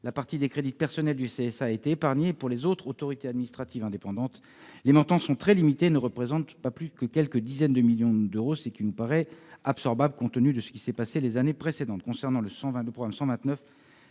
supérieur de l'audiovisuel a été épargnée. Pour les autres autorités administratives indépendantes, les montants sont très limités : ils ne représentent pas plus de quelques dizaines de millions d'euros, ce qui nous paraît absorbable, compte tenu de ce qui s'est passé les années précédentes. Concernant le programme 129,